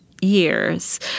years